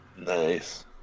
Nice